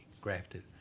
grafted